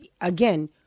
again